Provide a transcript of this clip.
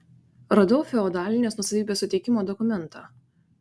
radau feodalinės nuosavybės suteikimo dokumentą